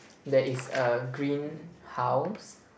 there is a green house